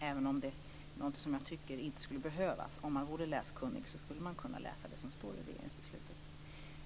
även om det är något som jag tycker inte skulle behövas. Den som är läskunnig skulle kunna läsa det som står i regeringsbeslutet.